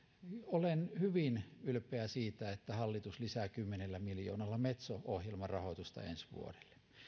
olen hyvin ylpeä siitä että hallitus lisää kymmenellä miljoonalla metso ohjelman rahoitusta ensi vuodelle